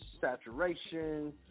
saturation